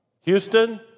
Houston